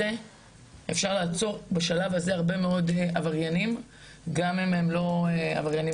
אפשר לעצור בשלב הזה הרבה מאוד עבריינים גם אם הם לא עבריינים